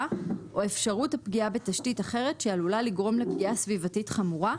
או אפשרות הפגיעה בתשתית אחרת שעלולה לגרום לפגיעה סביבתית חמורה,